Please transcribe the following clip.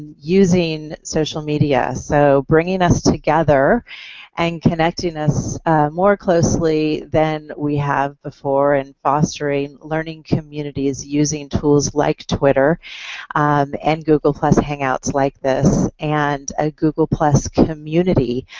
using social media. so bringing us together and connecting us more closely than we have before, and fostering learning communities using tools like twitter um and google plus hangouts like this and a google plus community.